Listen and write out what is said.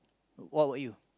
what about you